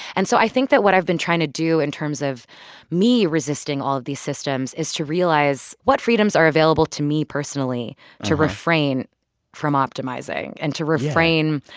and so i think that what i've been trying to do in terms of me resisting all of these systems is to realize what freedoms are available to me personally to refrain from optimizing and to refrain.